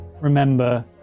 remember